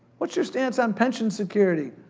what's your stance on pension security?